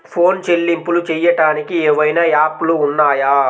Phone చెల్లింపులు చెయ్యటానికి ఏవైనా యాప్లు ఉన్నాయా?